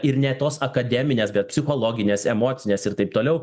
ir ne tos akademinės bet psichologinės emocinės ir taip toliau